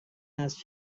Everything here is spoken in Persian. است